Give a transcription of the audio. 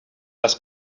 les